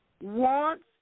wants